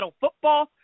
football